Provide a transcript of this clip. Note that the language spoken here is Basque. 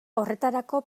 horretarako